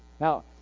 Now